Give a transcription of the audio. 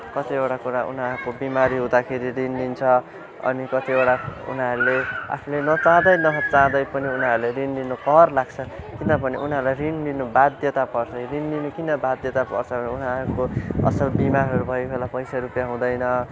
कतिवटा कुरा उनीहरूको बिमारी हुँदाखेरि रिन लिन्छ अनि कतिवटा उनीहरूले आफूले नचाहँदै नचाहँदै पनि उनीहरूले रिन लिनु कर लाग्छ किनभने उनीहरूलाई रिन लिनु बाध्यता पर्छ रिन लिनु किन बाध्यता पर्छ उहाँको असल बिमार भएका बेला पैसा रुपियाँ हुँदैन